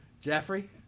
Jeffrey